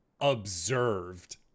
observed